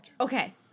Okay